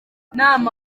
nama